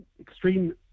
extreme